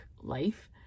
life